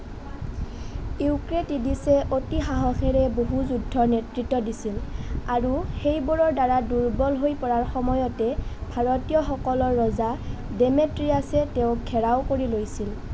ইউক্ৰেটিডিছে অতি সাহসেৰে বহু যুদ্ধৰ নেতৃত্ব দিছিল আৰু সেইবোৰৰ দ্বাৰা দুৰ্বল হৈ পৰাৰ সময়তে ভাৰতীয়সকলৰ ৰজা ডেমেট্ৰিয়াছে তেওঁক ঘেৰাও কৰি লৈছিল